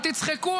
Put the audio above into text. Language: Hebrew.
תצחקו.